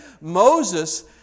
moses